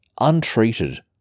untreated